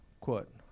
quote